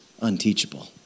unteachable